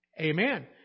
Amen